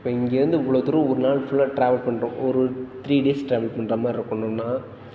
இங்கேருந்து இவ்வளோ தூரம் ஒரு நாள் பூரா ட்ராவல் பண்ணுறோம் ஒரு த்ரீ டேஸ் ட்ராவல் பண்ணுற மாதிரி இருக்கணும்ன்னா